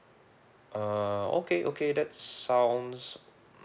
uh okay okay that sounds